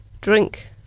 drink